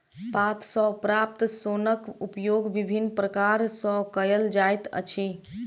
पात सॅ प्राप्त सोनक उपयोग विभिन्न प्रकार सॅ कयल जाइत अछि